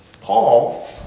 Paul